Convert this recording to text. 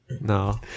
no